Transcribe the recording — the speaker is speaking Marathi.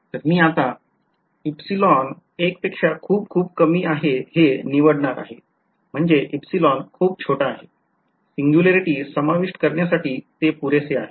तर मी आता हे निवडणार आहे म्हणजे खूप छोटे आहे singularity समाविष्ट करण्यासाठी ते पुरेसे आहे